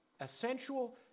essential